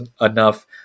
enough